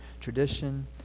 tradition